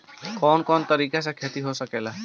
कवन कवन तरीका से खेती हो सकेला